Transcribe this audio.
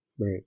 Right